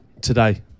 today